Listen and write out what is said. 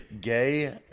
gay